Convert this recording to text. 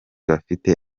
bafite